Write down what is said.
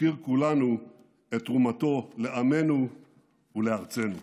נכיר כולם את תרומתו לעמנו ולארצנו.